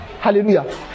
Hallelujah